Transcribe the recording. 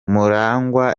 murangwa